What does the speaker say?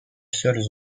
seules